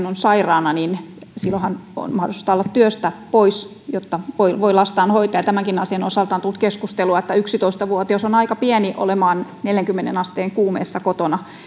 on sairaana on mahdollisuus olla työstä pois jotta voi voi lastaan hoitaa ja tämänkin asian osalta on tullut keskustelua että yksitoista vuotias on aika pieni olemaan neljäänkymmeneen asteen kuumeessa kotona